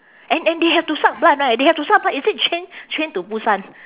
and and they have to suck blood right they have to suck blood is it train train to busan